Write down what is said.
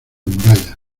murallas